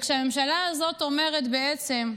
כשהממשלה הזאת אומרת בעצם: